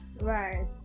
Right